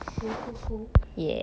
cool cool cool